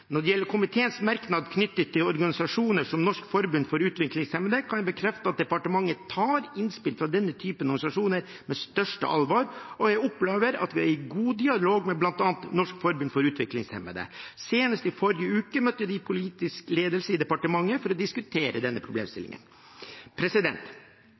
Når det gjelder komiteens merknad knyttet til organisasjoner som Norsk forbund for utviklingshemmede, kan jeg bekrefte at departementet tar innspill fra denne typen organisasjoner på største alvor, og jeg opplever at vi er i god dialog med bl.a. Norsk forbund for utviklingshemmede. Senest i forrige uke møtte de politisk ledelse i departementet for å diskutere denne